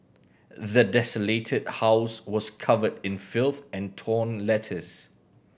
the desolated house was covered in filth and torn letters